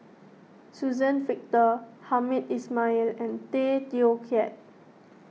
Suzann Victor Hamed Ismail and Tay Teow Kiat